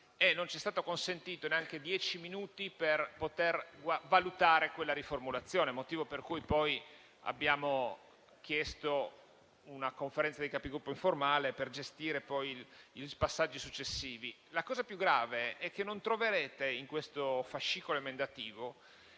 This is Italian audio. e non ci sono stati consentiti neanche dieci minuti per poter valutare quella riformulazione. Per tale ragione abbiamo chiesto una riunione della Conferenza dei Capigruppo informale per gestire i passaggi successivi. La cosa più grave è che non troverete in questo fascicolo emendativo